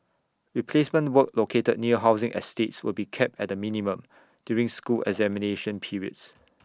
replacement work located near housing estates will be kept at the minimum during school examination periods